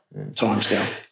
timescale